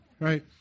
Right